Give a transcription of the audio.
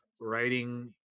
Writing